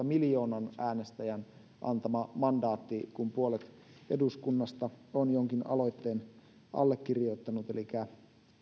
miljoonan äänestäjän antama mandaatti kun puolet eduskunnasta on jonkin aloitteen allekirjoittanut elikkä